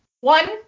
One